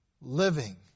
living